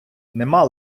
нема